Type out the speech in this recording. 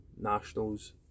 nationals